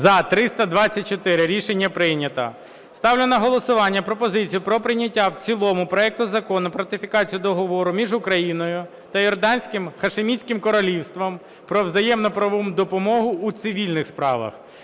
За-324 Рішення прийнято. Ставлю на голосування пропозицію про прийняття в цілому проекту Закону про ратифікацію Договору між Україною та Йорданським Хашимітським Королівством про взаємну правову допомогу у цивільних справах